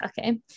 okay